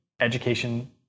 education